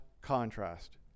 contrast